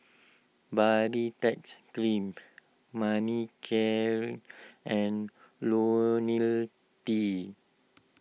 Baritex Cream Manicare and Lonil T